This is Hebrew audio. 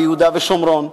ביהודה ושומרון.